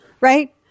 right